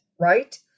right